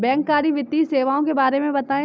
बैंककारी वित्तीय सेवाओं के बारे में बताएँ?